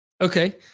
Okay